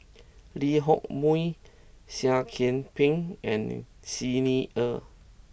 Lee Hock Moh Seah Kian Peng and Xi Ni Er